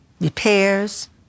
repairs